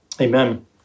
Amen